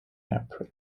april